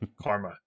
Karma